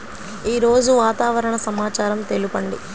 ఈరోజు వాతావరణ సమాచారం తెలుపండి